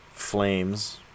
flames